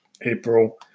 April